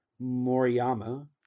Moriyama